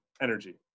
energy